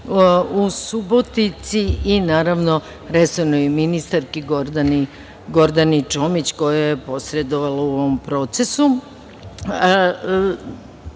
u Subotici i naravno resornoj ministarki Gordani Čomić, koja je posredovala u ovom procesu. Druga